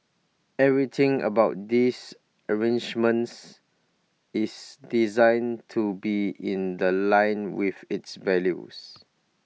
everything about these arrangements is designed to be in The Line with its values